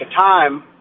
time